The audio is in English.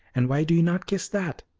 and why do you not kiss that?